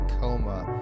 Coma